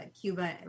Cuba